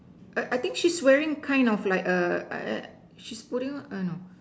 err I think she's wearing kind of like a I I she's putting on err no